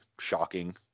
shocking